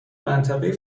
منطقهای